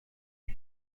dia